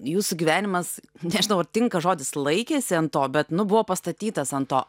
jūsų gyvenimas nežinau ar tinka žodis laikėsi ant to bet nu buvo pastatytas ant to